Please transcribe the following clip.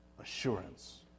assurance